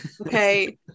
okay